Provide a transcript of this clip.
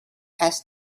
asked